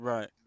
Right